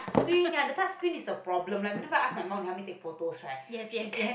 screen the touchscreen is a problem right like whenever I asked my mum to help me take photo right she can